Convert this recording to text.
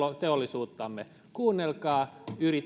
teollisuuttamme kuunnelkaa